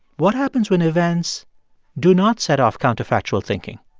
what happens when events do not set off counterfactual thinking?